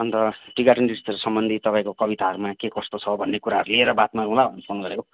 अन्त tea garden त्यस्तोहरू सम्बन्धी तपाईँको कविताहरूमा के कस्तो छ भन्ने कुराहरू लिएर बात मारौँला भनेर फोन गरेको